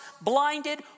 blinded